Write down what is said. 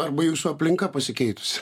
arba jūsų aplinka pasikeitusi